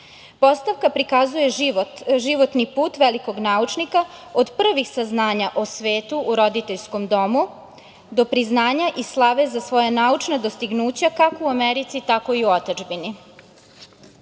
Postavka prikazuje životni put velikog naučnika od prvog saznanja o svetu u roditeljskom domu do priznanja i slave za svoja naučna dostignuća, kako u Americi tako i u